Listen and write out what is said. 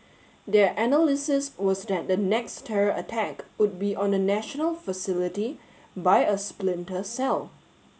their analysis was that the next terror attack would be on a national facility by a splinter cell